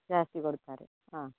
ಜಾಸ್ತಿ ಕೊಡ್ತಾರೆ ಹಾಂ